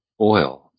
oil